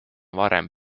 varem